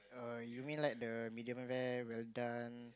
err you mean like the medium rare well done